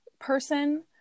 person